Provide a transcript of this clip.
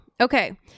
Okay